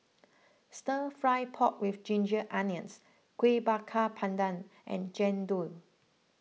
Stir Fry Pork with Ginger Onions Kuih Bakar Pandan and Jian Dui